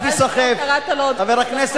אל תשבש, זה מפני שעוד לא קראת לו "כבוד החוקר".